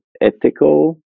ethical